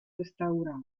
restaurato